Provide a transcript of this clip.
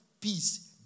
peace